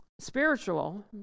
spiritual